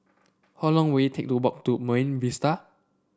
how long will it take to walk to Marine Vista